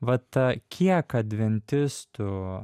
vat kiek adventistų